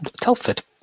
Telford